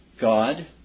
God